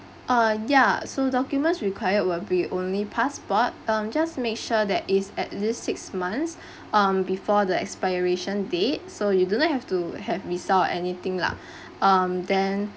uh ya so documents required will be only passport um just make sure that it's at least six months um before the expiration date so you do not have to have visa anything lah um then